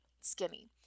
skinny